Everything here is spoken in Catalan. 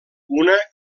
una